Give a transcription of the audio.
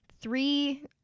Three